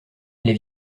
les